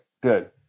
Good